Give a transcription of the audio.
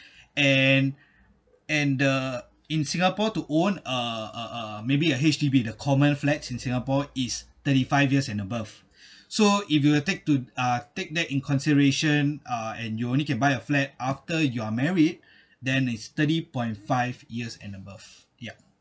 and and the in singapore to own uh uh Uh maybe a H_D_B the common flats in singapore is thirty five years and above so if you will take to uh take that in consideration uh and you only can buy a flat after you're married then it's thirty point five years and above yup